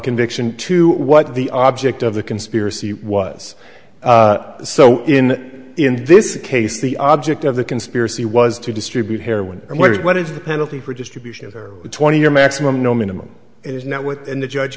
conviction to what the object of the conspiracy was so in this case the object of the conspiracy was to distribute heroin and what did what is the penalty for distribution over the twenty year maximum no minimum is not within the judge